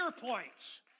points